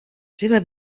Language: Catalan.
seva